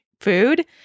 food